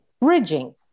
bridging